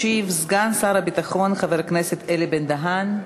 ישיב סגן שר הביטחון חבר הכנסת אלי בן-דהן.